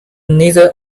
neither